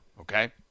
okay